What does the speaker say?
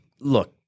look